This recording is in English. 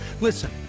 Listen